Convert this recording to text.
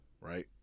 right